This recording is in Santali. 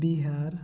ᱵᱤᱦᱟᱨ